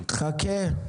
חכה.